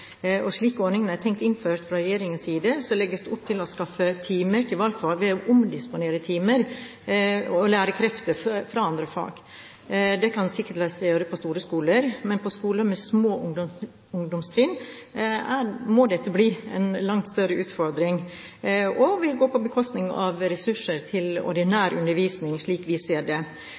ordningen er tenkt innført fra regjeringens side, legges det opp til å skaffe timer til valgfag ved å omdisponere timer og lærekrefter fra andre fag. Det kan sikkert la seg gjøre på store skoler, men på skoler med små ungdomstrinn må dette bli en langt større utfordring, og det vil gå på bekostning av ressurser til ordinær undervisning, slik vi ser det.